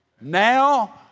Now